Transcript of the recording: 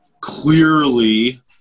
clearly